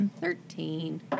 Thirteen